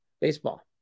baseball